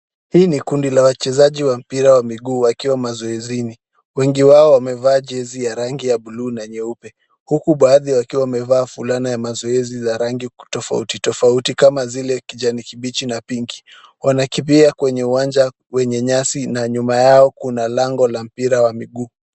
Hii ni kundi la wachezaji wa mpira wa miguu wakiwa mazoezini. Wengi wao wamevaa jezi ya rangi ya buluu na nyeupe huku baadhi wakiwa wamevaa fulana ya mazoezi ya rangi tofauti tofauti kama vile kijani kibichi na pinki. Wanakimbia kwenye uwanja wenye nyasi na nyuma yao kuna lango la mpira wa miguu.